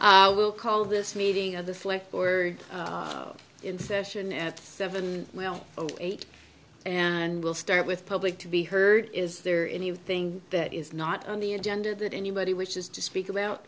now we'll call this meeting of the slick board in session at seven well over eight and we'll start with public to be heard is there anything that is not on the agenda that anybody wishes to speak about